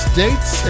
States